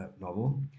novel